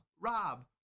Rob